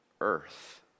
earth